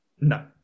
No